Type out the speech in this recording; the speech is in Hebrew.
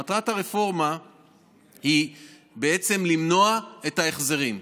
מטרת הרפורמה היא בעצם למנוע את ההחזרים.